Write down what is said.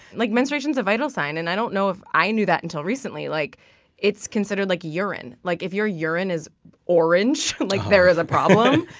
like menstruation is a vital sign and i don't know if i knew that until recently. like it's sort of like urine. like if your urine is orange, like there is a problem.